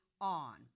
on